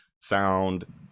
sound